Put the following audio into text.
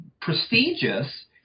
prestigious